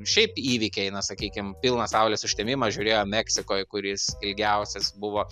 šiaip įvykiai na sakykim pilnas saulės užtemimas žiūrėjom meksikoj kur jis ilgiausias buvo